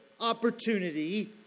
opportunity